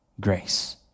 grace